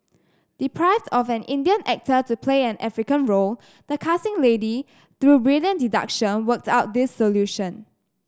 deprived of an Indian actor to play an African role the casting lady through brilliant deduction worked out this solution